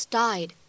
died